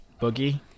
Boogie